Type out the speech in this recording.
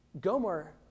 Gomer